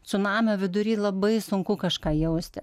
cunamio vidury labai sunku kažką jausti